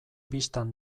bistan